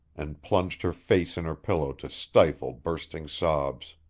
and plunged her face in her pillow to stifle bursting sobs.